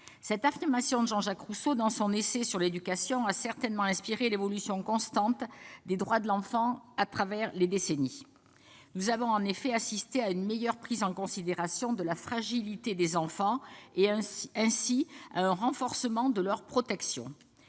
Cette affirmation de Jean-Jacques Rousseau dans son essai sur l'éducation a certainement inspiré l'évolution constante des droits de l'enfant à travers les décennies. Nous avons en effet assisté à une meilleure prise en considération de la fragilité des enfants et, ainsi, à un renforcement de leur protection.